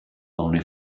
only